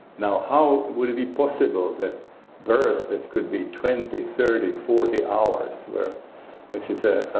now how will it be possible that birth, that could be twenty, thirty, forty hours where this is a